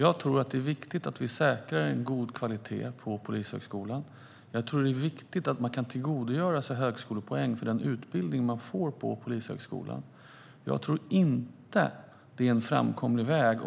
Jag tror att det är viktigt att vi säkrar en god kvalitet på Polishögskolan. Jag tror också att det är viktigt att man kan tillgodogöra sig högskolepoäng för den utbildning man får på Polishögskolan. Om vi vill rekrytera fler poliser tror jag inte att det är en framkomlig väg